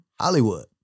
Hollywood